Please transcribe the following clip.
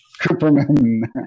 Cooperman